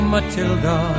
Matilda